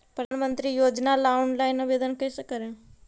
प्रधानमंत्री योजना ला ऑनलाइन आवेदन कैसे करे?